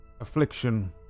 affliction